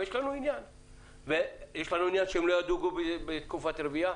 ויש לנו עניין שהם לא ידוגו בתקופת רבייה.